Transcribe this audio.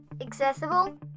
accessible